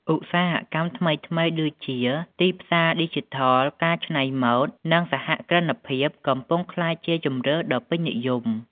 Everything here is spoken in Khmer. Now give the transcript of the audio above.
ឧស្សាហកម្មថ្មីៗដូចជា ទីផ្សារឌីជីថល ការច្នៃម៉ូត និងសហគ្រិនភាព កំពុងក្លាយជាជម្រើសដ៏ពេញនិយម។